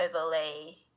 overlay